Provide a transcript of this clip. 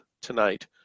tonight